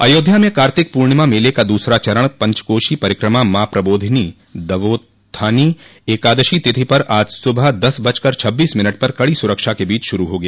अयोध्या में कार्तिक पूर्णिमा मेले का दूसरा चरण पंचकोषी प्रक्रिमा मां प्रबोधिनी दोवोत्थानी एकादशी तिथि पर आज सुबह दस बजकर छब्बीस मिनट पर कड़ी सुरक्षा के बीच शुरू हो गया